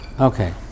Okay